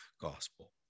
gospel